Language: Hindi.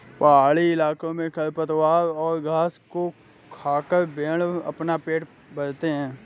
पहाड़ी इलाकों में खरपतवारों और घास को खाकर भेंड़ अपना पेट भरते हैं